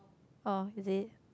ah is it